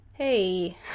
hey